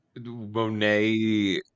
Monet